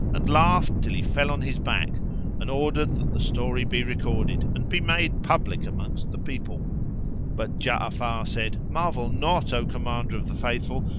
and laughed till he fell on his back and ordered that the story be recorded and be made public amongst the people but ja'afar said, marvel not, o commander of the faithful,